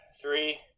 Three